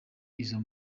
izo